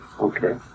Okay